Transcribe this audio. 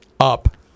Up